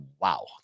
wow